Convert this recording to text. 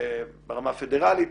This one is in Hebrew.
ברמה הפדראלית.